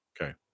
Okay